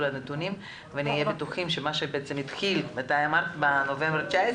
הנתונים ונהיה בטוחים שמה שהתחיל אמרת בנובמבר 2019